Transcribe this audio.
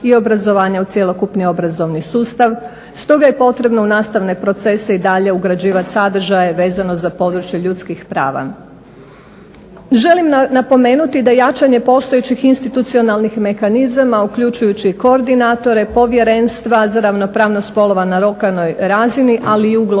i obrazovanja u cjelokupni obrazovni sustav. Stoga je potrebno u nastavne proces i dalje ugrađivati sadržaje vezano za područje ljudskih prava. Želim napomenuti da jačanje postojećih institucionalnih mehanizama uključujući i koordinatore, povjerenstva za ravnopravnost spolova na lokalnoj razini ali i uloge